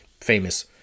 Famous